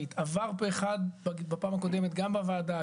ועבר פה אחד בפעם הקודמת גם בוועדה,